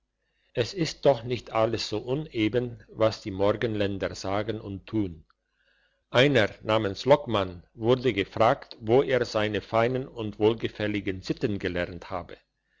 es ist doch nicht alles so uneben was die morgenländer sagen und tun einer namens lockmann wurde gefragt wo er seine feinen und wohlgefälligen sitten gelernt habe